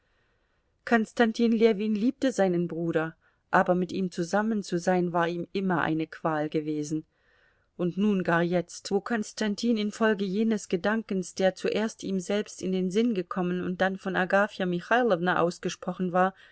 konstantin ljewin liebte seinen bruder aber mit ihm zusammen zu sein war ihm immer eine qual gewesen und nun gar jetzt wo konstantin infolge jenes gedankens der zuerst ihm selbst in den sinn gekommen und dann von agafja michailowna ausgesprochen war